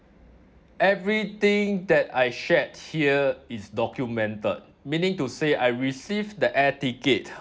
everything that I shared here is documented meaning to say I received the air ticket